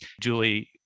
Julie